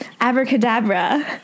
Abracadabra